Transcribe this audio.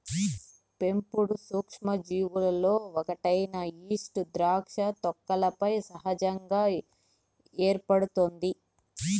పెంపుడు సూక్ష్మజీవులలో ఒకటైన ఈస్ట్ ద్రాక్ష తొక్కలపై సహజంగా ఏర్పడుతుంది